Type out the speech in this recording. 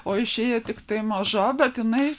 o išėjo tiktai maža bet jinai